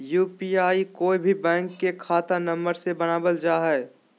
UPI कोय भी bank के खाता नंबर से बनावल जा हइ